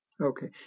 Okay